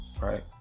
right